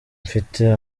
mfite